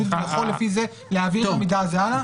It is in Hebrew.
והוא יכול לפי זה להעביר את המידע הזה הלאה?